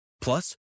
Plus